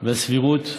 והסבירות.